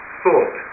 thought